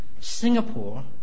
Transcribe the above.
Singapore